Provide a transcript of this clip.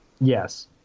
Yes